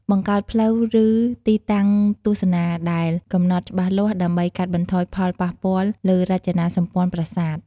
បង្កើតផ្លូវ ឬទីតាំងទស្សនាដែលកំណត់ច្បាស់លាស់ ដើម្បីកាត់បន្ថយផលប៉ះពាល់លើរចនាសម្ព័ន្ធប្រាសាទ។